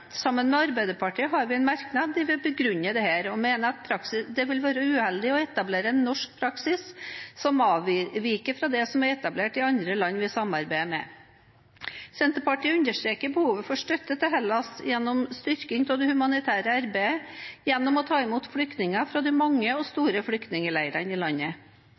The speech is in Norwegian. Sammen med Arbeiderpartiet har vi en merknad hvor vi begrunner dette. Vi mener det vil være uheldig å etablere en norsk praksis som avviker fra den som er etablert i andre land vi samarbeider med. Senterpartiet understreker behovet for støtte til Hellas gjennom styrking av det humanitære arbeidet og gjennom å ta imot flyktninger fra de mange og store flyktningleirene i landet.